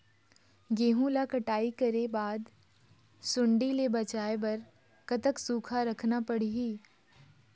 गेहूं ला कटाई करे बाद सुण्डी ले बचाए बर कतक सूखा रखना पड़ही?